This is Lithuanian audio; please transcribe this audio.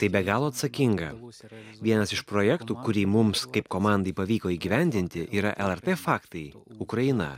tai be galo atsakinga vienas iš projektų kurį mums kaip komandai pavyko įgyvendinti yra lrt faktai ukraina